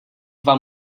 dva